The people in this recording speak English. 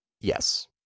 Yes